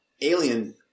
alien